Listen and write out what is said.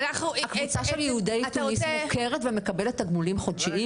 הקבוצה של יהודי תוניס מוכרת ומקבלת תגמולים חודשיים,